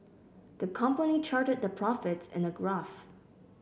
the company charted their profits in a graph